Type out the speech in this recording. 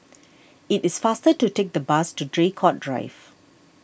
it is faster to take the bus to Draycott Drive